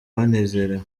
banezerewe